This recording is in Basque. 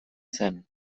zen